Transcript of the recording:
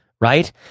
right